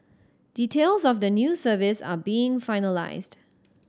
details of the new service are being finalised